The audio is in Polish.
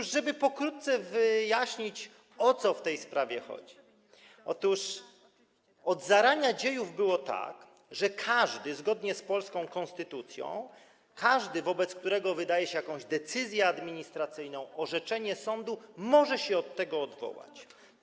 Żeby pokrótce wyjaśnić, o co w tej sprawie chodzi: otóż od zarania dziejów było tak, że zgodnie z polską konstytucją każdy, wobec którego wydaje się jakąś decyzję administracyjną, orzeczenie sądu, może się od nich odwołać.